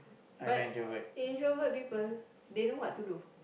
but introvert people they know what to do